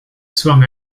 swung